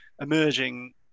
emerging